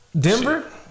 Denver